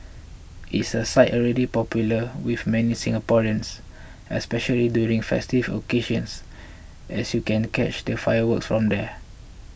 it's a site already popular with many Singaporeans especially during festive occasions as you can catch the fireworks on there